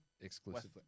Exclusively